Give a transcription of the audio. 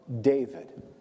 David